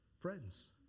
friends